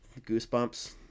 Goosebumps